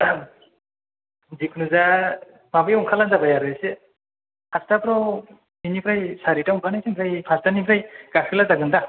जेखुनु जाया माबायाव ओंखारबानो जाबाय एसे फासथाफ्राव बिनिफ्राय सारिथायाव ओंखारनोसै ओमफ्राय फासथानिफ्राय गाखोब्ला जागोन दा